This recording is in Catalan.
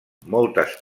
moltes